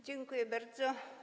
Dziękuję bardzo.